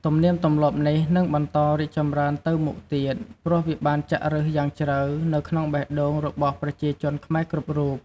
ទំនៀមទម្លាប់នេះនឹងបន្តរីកចម្រើនទៅមុខទៀត ព្រោះវាបានចាក់ឫសយ៉ាងជ្រៅនៅក្នុងបេះដូងរបស់ប្រជាជនខ្មែរគ្រប់រូប។